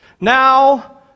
Now